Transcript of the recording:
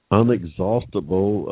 unexhaustible